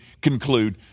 conclude